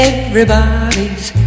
Everybody's